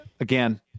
Again